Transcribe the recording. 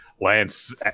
lance